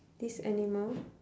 this animal